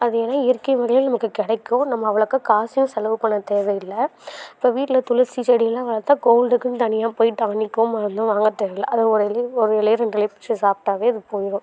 அது ஏன்னா இயற்கை வகையில் நமக்கு கிடைக்கும் நம்ம அவ்வளோக்கா காசும் செலவு பண்ண தேவையில்லை இப்போ வீட்டில் துளசி செடிலாம் வளர்த்தா கோல்டுக்குன்னு தனியாக போய் டானிக்கும் மருந்தும் வாங்க தேவையில்ல அதை உடனே ஒரு இலையோ ரெண்டு இலையோ பிச்சி சாப்பிட்டாவே அது போயிடும்